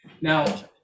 Now